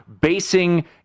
basing